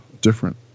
different